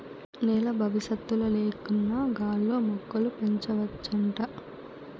నేల బవిసత్తుల లేకన్నా గాల్లో మొక్కలు పెంచవచ్చంట